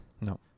No